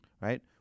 Right